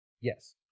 Yes